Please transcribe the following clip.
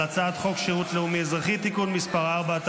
הצעת חוק שירות לאומי-אזרחי (תיקון מס' 4),